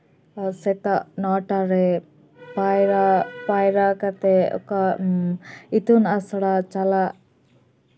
ᱟᱨ ᱥᱮᱛᱟᱜ ᱱᱚ ᱴᱟ ᱨᱮ ᱯᱟᱭᱨᱟᱜ ᱯᱟᱭᱨᱟ ᱠᱟᱛᱮ ᱚᱠᱟ ᱤᱛᱩᱱ ᱟᱥᱲᱟ ᱪᱟᱞᱟᱜ